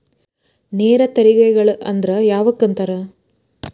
ನೇರ ತೆರಿಗೆಗಳ ಅಂದ್ರ ಯಾವಕ್ಕ ಅಂತಾರ